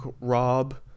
Rob